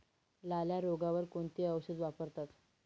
लाल्या रोगावर कोणते औषध वापरतात?